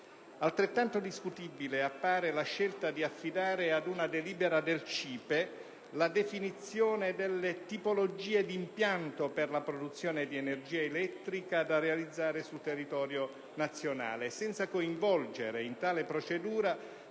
Altrettanto discutibile appare la scelta di affidare ad una delibera del CIPE la definizione delle tipologie di impianto per la produzione di energia elettrica da realizzare sul territorio nazionale, senza coinvolgere in tale procedura,